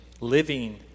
living